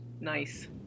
Nice